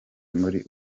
muri